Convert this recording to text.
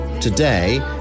Today